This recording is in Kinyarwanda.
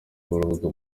b’urubuga